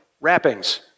wrappings